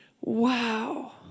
Wow